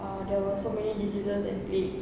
ah there were so many diseases and plague